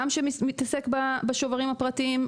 גם שמתעסק בשוברים הפרטיים,